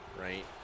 right